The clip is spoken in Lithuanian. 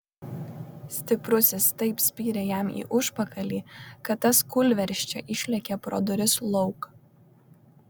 stiprusis taip spyrė jam į užpakalį kad tas kūlversčia išlėkė pro duris lauk